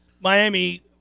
Miami